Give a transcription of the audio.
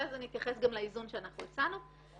ואז אני אתייחס גם לאיזון שאנחנו הצענו.